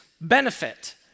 benefit